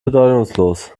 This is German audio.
bedeutungslos